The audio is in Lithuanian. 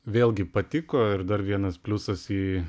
vėlgi patiko ir dar vienas pliusas į